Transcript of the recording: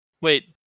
Wait